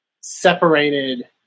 separated